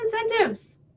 incentives